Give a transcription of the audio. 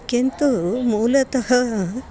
किन्तु मूलतः